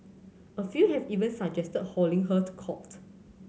a few have even suggested hauling her to court